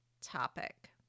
topic